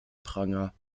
pranger